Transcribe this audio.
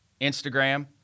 Instagram